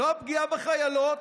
לא הפגיעה בחיילות,